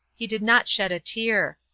he did not shed a tear,